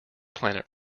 planet